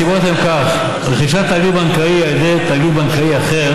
הסיבות הן כך: רכישת תאגיד בנקאי על ידי תאגיד בנקאי אחר